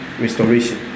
restoration